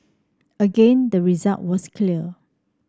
again the result was clear